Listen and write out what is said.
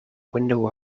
window